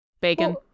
Bacon